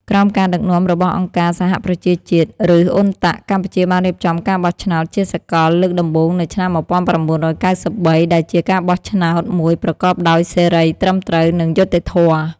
ក្រោមការដឹកនាំរបស់អង្គការសហប្រជាជាតិ ឬ UNTAC កម្ពុជាបានរៀបចំការបោះឆ្នោតជាសកលលើកដំបូងនៅឆ្នាំ១៩៩៣ ដែលជាការបោះឆ្នោតមួយប្រកបដោយសេរី ត្រឹមត្រូវ និងយុត្តិធម៌។